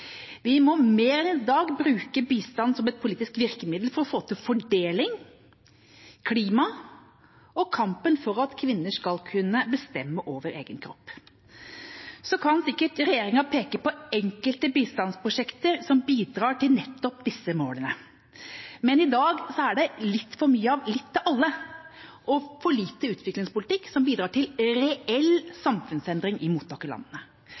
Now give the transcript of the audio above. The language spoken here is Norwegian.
Vi må mer enn i dag bruke bistand som et politisk virkemiddel for å få til fordeling, håndtere klimaendringene og i kampen for at kvinner skal kunne bestemme over egen kropp. Så kan sikkert regjeringa peke på enkelte bistandsprosjekter som bidrar til nettopp disse målene, men i dag er det litt for mye av litt til alle, og for lite utviklingspolitikk som bidrar til reell samfunnsendring i